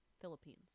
Philippines